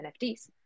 NFTs